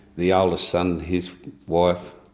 the oldest son, his wife,